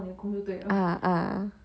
a'ah